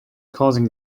causing